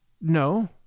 No